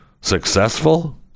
successful